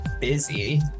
busy